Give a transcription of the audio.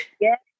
Yes